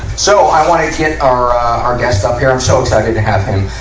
so, i wanna get our, ah, our guest up here. i'm so excited to have him.